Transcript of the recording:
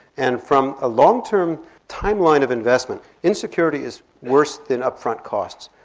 and from a long term timeline of investment insecurity is worse than upfront costs,